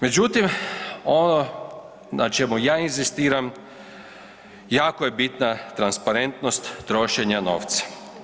Međutim, ono na čemu ja inzistiram jako je bitna transparentnost trošenja novca.